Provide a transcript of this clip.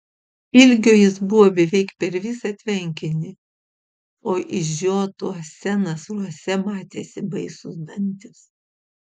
ilgio jis buvo beveik per visą tvenkinį o išžiotuose nasruose matėsi baisūs dantys